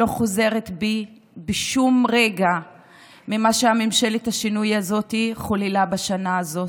לא חוזרת בי בשום רגע ממה שממשלת השינוי הזאת חוללה בשנה הזאת.